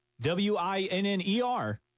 W-I-N-N-E-R